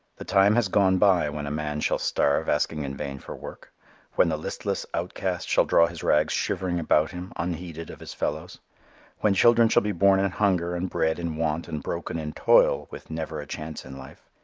the time has gone by when a man shall starve asking in vain for work when the listless outcast shall draw his rags shivering about him unheeded of his fellows when children shall be born in hunger and bred in want and broken in toil with never a chance in life.